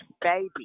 baby